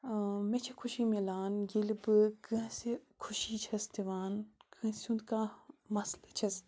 مےٚ چھِ خوشی مِلان ییٚلہِ بہٕ کٲنٛسہِ خوشی چھَس دِوان کٲنٛسہِ ہُنٛد کانٛہہ مَسلہٕ چھَس